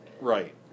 Right